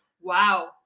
Wow